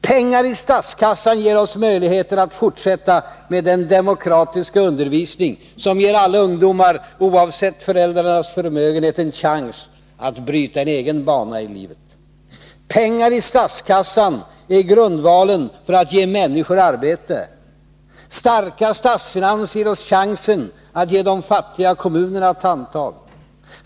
Pengar i statskassan ger oss möjligheter att fortsätta med den demokratiska undervisning som ger alla ungdomar, oavsett föräldrarnas förmögenhet en chans att bryta sin egen bana här i livet. Pengar i statskassan är grundvalen för att ge människor arbete. Starka statsfinanser ger oss chansen att ge de fattiga kommunerna ett handtag.